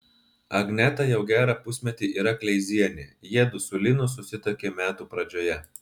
agneta jau gerą pusmetį yra kleizienė jiedu su linu susituokė metų pradžioje